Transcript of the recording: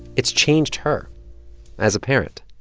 it's changed her as a parent